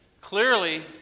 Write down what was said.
clearly